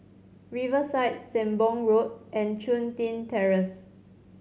Riverside Sembong Road and Chun Tin Terrace